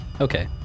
Okay